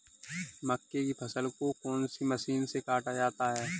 मक्के की फसल को कौन सी मशीन से काटा जाता है?